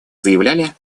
заявляли